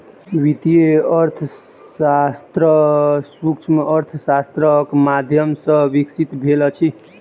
वित्तीय अर्थशास्त्र सूक्ष्म अर्थशास्त्रक माध्यम सॅ विकसित भेल अछि